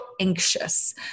anxious